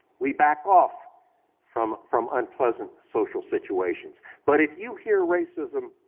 we back off from from unpleasant social situations, but if you hear racism